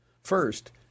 First